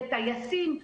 לטייסים.